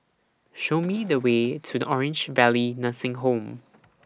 Show Me The Way to Orange Valley Nursing Home